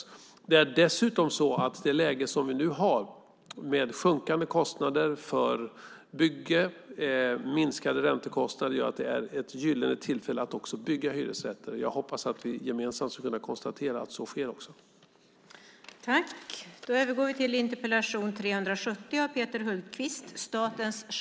Dessutom är det så att det läge som vi nu har med sjunkande kostnader för bygge och minskade räntekostnader gör att det är ett gyllene tillfälle att också bygga hyresrätter. Jag hoppas att vi gemensamt kan konstatera att så också sker. Jag tackar meddebattörerna för en intressant debatt.